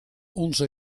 onze